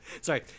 Sorry